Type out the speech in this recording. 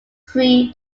three